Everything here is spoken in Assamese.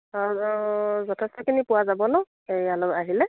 যথেষ্টখিনি পোৱা যাব নহ্ ইয়ালৈ আহিলে